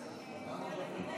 אדוני?